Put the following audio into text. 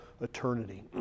eternity